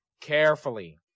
carefully